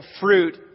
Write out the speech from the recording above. fruit